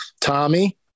tommy